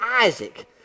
Isaac